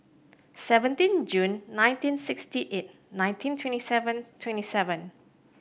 seventeen June nineteen sixty eight nineteen twenty seven twenty seven